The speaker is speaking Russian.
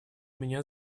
меня